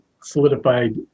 solidified